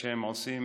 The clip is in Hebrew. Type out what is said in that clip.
שעושים